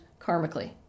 karmically